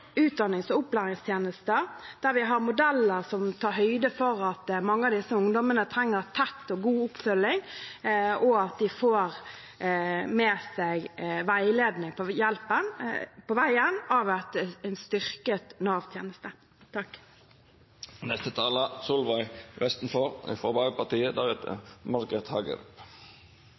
utdannings- og opplæringstjenester, der vi har modeller som tar høyde for at mange av disse ungdommene trenger tett og god oppfølging, og at de på veien får med seg veiledning